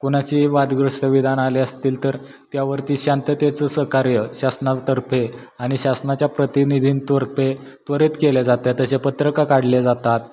कोनाची वादग्रस्त विधान आले असतील तर त्यावरती शांततेचं सहकार्य शासना तर्फे आणि शासनाच्या प्रतिनिधीं तर्फे त्वरित केल्या जाते तसे पत्रका काढल्या जातात